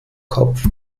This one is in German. kopf